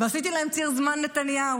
ועשיתי להם ציר זמן נתניהו.